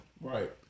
Right